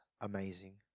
amazing